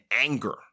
anger